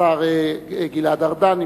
השר גלעד ארדן,